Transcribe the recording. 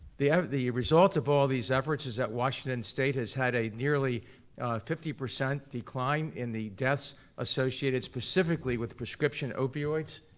the the result of all these efforts is that washington state has had a nearly fifty percent decline in the deaths associated specifically with prescription opioids.